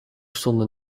stonden